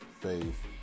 faith